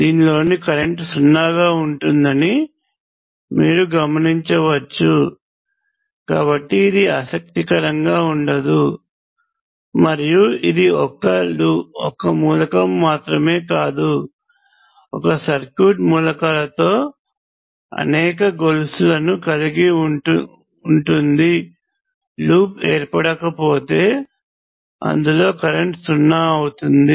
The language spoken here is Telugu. దీనిలోని కరెంట్ సున్నాగా ఉంటుందని మీరు గమనించవచ్చు కాబట్టి ఇది ఆసక్తికరంగా ఉండదు మరియు ఇది ఒక్క మూలకం మాత్రమే కాదుఒక సర్క్యూట్ మూలకాలతో అనేక గొలుసులను కలిగి ఉండి లూప్ ఏర్పడకపోతే అందులో కరెంట్ సున్నా అవుతుంది